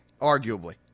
Arguably